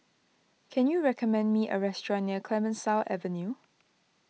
can you recommend me a restaurant near Clemenceau Avenue